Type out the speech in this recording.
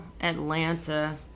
Atlanta